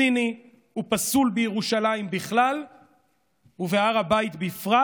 ציני ופסול בירושלים בכלל ובהר הבית בפרט,